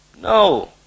No